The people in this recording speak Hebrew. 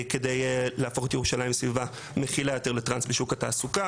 כדי להפוך את ירושלים לסביבה מכילה יותר לטרנס בשוק התעסוקה.